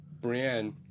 Brienne